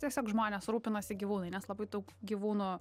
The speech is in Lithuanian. tiesiog žmonės rūpinasi gyvūnai nes labai daug gyvūnų